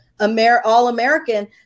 all-American